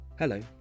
Hello